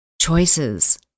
choices